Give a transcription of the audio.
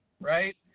right